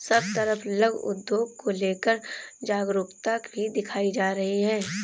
सब तरफ लघु उद्योग को लेकर जागरूकता भी दिखाई जा रही है